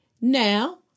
Now